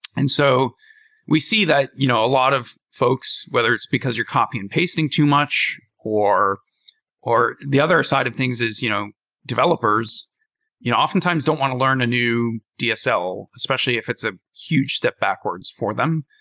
and so we see that you know a lot of folks, whether it's because you're copying and pasting too much, or or the other side of things is you know developers you know oftentimes don't want to learn a new dsl especially if it's a huge step backwards for them.